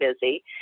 busy